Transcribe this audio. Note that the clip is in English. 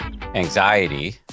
anxiety